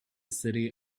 city